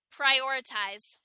prioritize